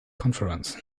conference